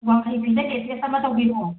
ꯋꯥꯡꯈꯩ ꯐꯤꯗ ꯂꯦꯇꯦꯁ ꯑꯃ ꯇꯧꯕꯤꯔꯛꯑꯣ